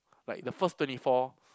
like the first twenty four